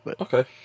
Okay